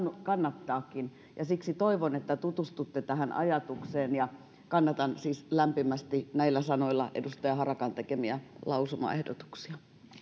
kannattaakin ja siksi toivon että tutustutte tähän ajatukseen kannatan siis lämpimästi näillä sanoilla edustaja harakan tekemiä lausumaehdotuksia